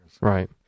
Right